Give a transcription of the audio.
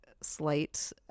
slight